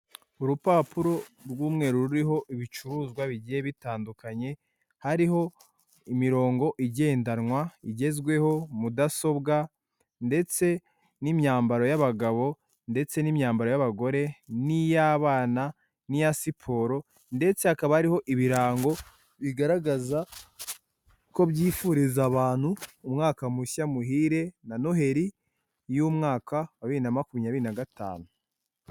Urupapuro rw'umweru ruriho ibicuruzwa bigiye bitandukanye. Hariho imirongo igendanwa igezweho, mudasobwa ndetse n'imyambaro y'abagabo ndetse n'imyambaro y'abagore n'iy'abana, n'iya siporo ndetse hakaba hariho ibirango bigaragaza ko byifuriza abantu umwaka mushya muhire na noheri y'umwaka wa bibiri n'amakumyabiri na gatanu.